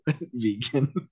vegan